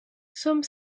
some